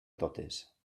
totes